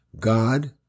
God